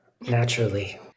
Naturally